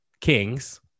kings